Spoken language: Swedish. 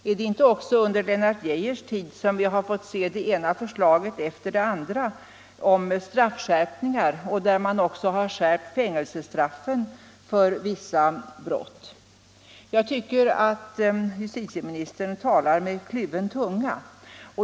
Är det inte också under Lennart Geijers tid som vi fått se det ena förslaget efter det andra om straffskärpningar, där man också skärpt fängelsestraf 19 fen för vissa brott? Jag tycker att justitieministern talar med kluven tunga.